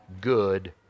good